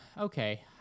okay